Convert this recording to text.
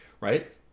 right